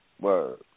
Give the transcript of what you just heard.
Word